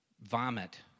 vomit